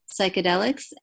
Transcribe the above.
psychedelics